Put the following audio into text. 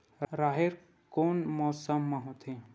राहेर कोन मौसम मा होथे?